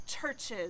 churches